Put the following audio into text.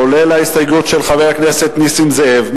כולל ההסתייגות של חבר הכנסת נסים זאב,